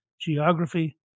geography